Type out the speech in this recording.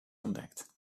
ontdekt